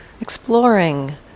exploring